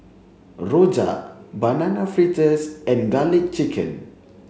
Rojak banana fritters and garlic chicken